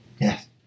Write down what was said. Yes